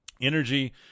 Energy